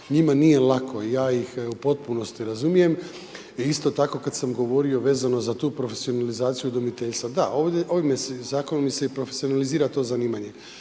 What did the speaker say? njima nije lako i ja ih u potpunosti razumijem. I isto tako kad sam govorio vezano za tu profesionalizaciju udomiteljstva, da, ovime se zakonom i profesionalizira to zanimanje.